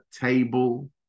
table